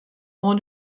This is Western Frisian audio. oan